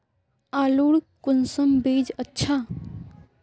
आलूर कुंसम बीज अच्छा?